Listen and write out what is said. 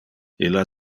illa